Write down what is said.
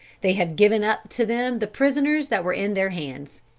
they have given up to them the prisoners that were in their hands.